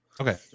okay